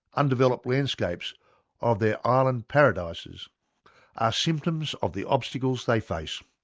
undeveloped landscapes of their island paradises are symptoms of the obstacles they face